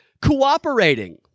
cooperating